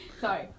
Sorry